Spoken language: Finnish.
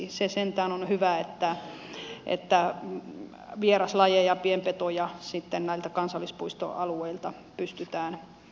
se sentään on hyvä että vieraslajeja pienpetoja näiltä kansallispuistoalueilta pystytään poistamaan